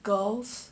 girls